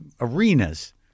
arenas